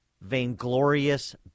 Vainglorious